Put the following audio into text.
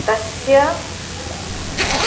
तस्य